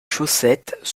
chaussettes